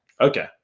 Okay